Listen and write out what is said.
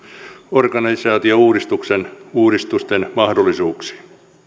organisaatiouudistusten mahdollisuuksiin